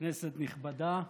כנסת נכבדה,